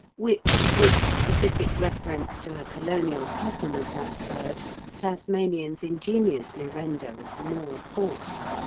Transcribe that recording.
which, with specific reference to a colonial cousin of that bird tasmanians ingeniously render as more pork!